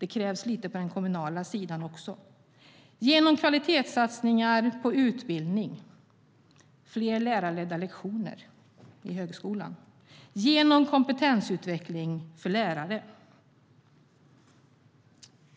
Det krävs lite på den kommunala sidan också genom kvalitetssatsningar på utbildning, fler lärarledda lektioner i högskolan och kompetensutveckling för lärare.